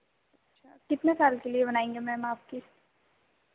अच्छा कितने साल के लिए बनाएँगे मैम आप किस्त